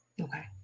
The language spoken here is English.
Okay